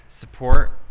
support